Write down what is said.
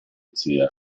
zia